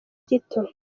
gito